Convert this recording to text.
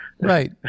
right